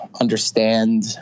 understand